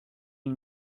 une